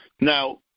Now